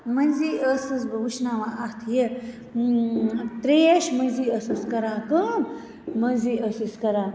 مٔنٛزی ٲسٕس بہٕ وُشناوان اتھ یہِ ترٛیش مٔنٛزی ٲسٕس کَران کٲم مٔنٛزی ٲسٕس کَران